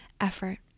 effort